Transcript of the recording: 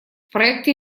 проекте